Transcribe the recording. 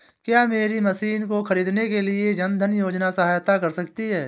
क्या मेरी मशीन को ख़रीदने के लिए जन धन योजना सहायता कर सकती है?